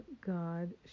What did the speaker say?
God